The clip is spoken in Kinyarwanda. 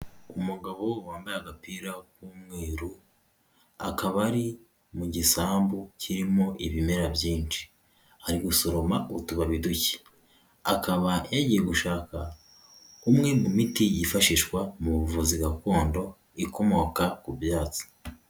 Umugabo wambaye agapira w'umweru, akaba ari mu gisambu kirimo ibimera byinshi, ari gusoroma utubabi duke, akaba yagiye gushaka umwe mu miti yifashishwa mu buvuzi gakondo ikomoka ku byatsi.